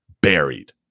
buried